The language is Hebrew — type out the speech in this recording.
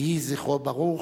יהי זכרו ברוך.